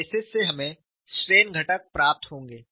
stresses से हमें strain घटक प्राप्त होंगे